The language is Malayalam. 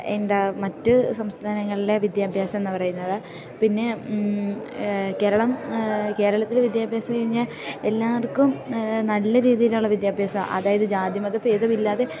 എന്താ മറ്റ് സംസ്ഥാനങ്ങളിലെ വിദ്യാഭ്യാസം എന്ന് പറയുന്നത് പിന്നെ കേരളം കേരളത്തിലെ വിദ്യാഭ്യാസം കഴിഞ്ഞാൽ എല്ലാവർക്കും നല്ല രീതിയിലുള്ള വിദ്യാഭ്യാസം അതായത് ജാതിമത ഭേതമില്ലാതെ